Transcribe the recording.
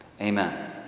Amen